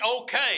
okay